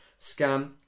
Scam